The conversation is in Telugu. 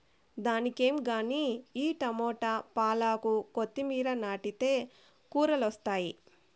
దానికేం గానీ ఈ టమోట, పాలాకు, కొత్తిమీర నాటితే కూరలొస్తాయి